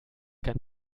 kein